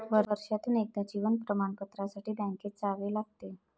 वर्षातून एकदा जीवन प्रमाणपत्रासाठी बँकेत जावे लागते